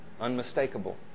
unmistakable